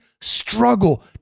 struggle